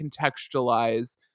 contextualize